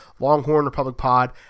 LonghornRepublicpod